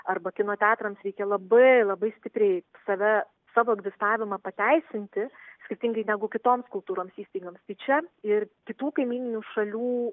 arba kino teatrams reikia labai labai stipriai save savo egzistavimą pateisinti skirtingai negu kitoms kultūroms įstaigoms tai čia ir kitų kaimyninių šalių